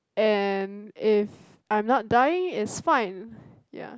and if I'm not dying it's fine